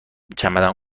چمدان